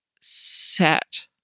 set